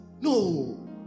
No